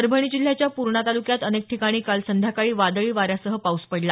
परभणी जिल्ह्याच्या पूर्णा तालुक्यात अनेक ठिकाणी काल संध्याकाळी वादळी वाऱ्यासह पाऊस पडला